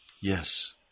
Yes